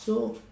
so